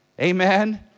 Amen